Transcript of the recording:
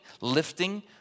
lifting